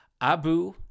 Abu